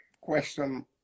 Question